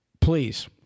Please